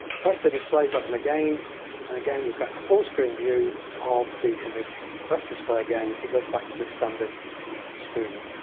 press the display button again and again you've got a full-screen view of the image, press display again it goes back to the standard screen.